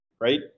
Right